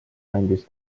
andis